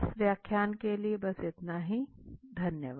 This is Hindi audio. आपको बहुत बहुत धन्यवाद